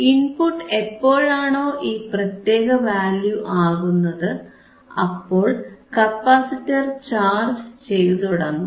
input എപ്പോഴാണോ ഈ പ്രത്യേക വാല്യൂ ആകുന്നത് അപ്പോൾ കപ്പാസിറ്റർ ചാർജ് ചെയ്തു തുടങ്ങും